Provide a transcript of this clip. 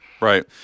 Right